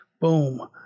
Boom